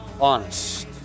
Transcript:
honest